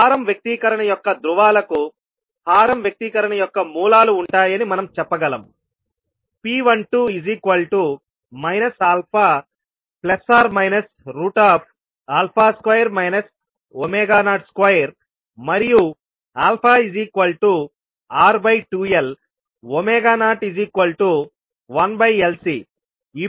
హారం వ్యక్తీకరణ యొక్క ధ్రువాలకు హారం వ్యక్తీకరణ యొక్క మూలాలు ఉంటాయని మనం చెప్పగలం p12 α±2 02మరియు αR2L01LC